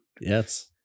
yes